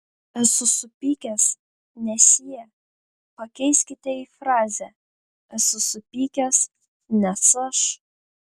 esu supykęs nes jie pakeiskite į frazę esu supykęs nes aš